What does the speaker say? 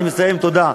אני מסיים, תודה.